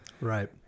Right